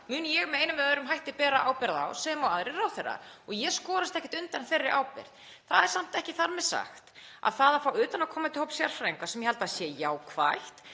mun ég með einum eða öðrum hætti bera ábyrgð á sem og aðrir ráðherrar og ég skorast ekki undan þeirri ábyrgð. Það er samt ekki þar með sagt að með því að fá utanaðkomandi hóp sérfræðinga, sem ég held að sé jákvætt,